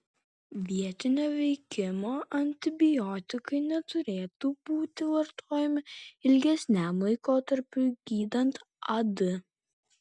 vietinio veikimo antibiotikai neturėtų būti vartojami ilgesniam laikotarpiui gydant ad